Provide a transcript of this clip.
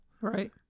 Right